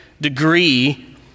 degree